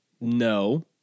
no